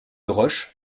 roches